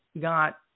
got